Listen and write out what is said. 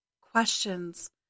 questions